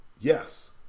yes